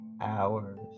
hours